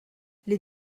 les